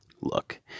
Look